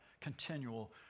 continual